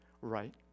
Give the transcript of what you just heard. right